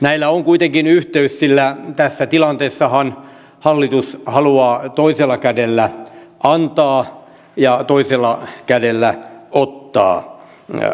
näillä on kuitenkin yhteys sillä tässä tilanteessahan hallitus haluaa toisella kädellä antaa ja toisella kädellä ottaa